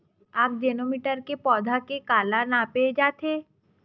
आकजेनो मीटर से पौधा के काला नापे जाथे?